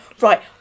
Right